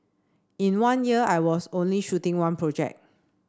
in one year I was only shooting one project